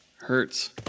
Hurts